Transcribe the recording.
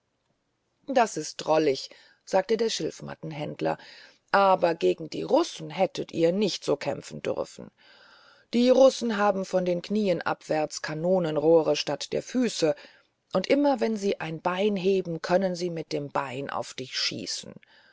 das ist drollig sagte der schilfmattenhändler aber gegen die russen hättet ihr nicht so kämpfen dürfen die russen haben von den knien abwärts kanonenrohre statt der füße und immer wenn sie ein bein heben können sie mit dem bein auf dich schießen